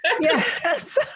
Yes